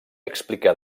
explicar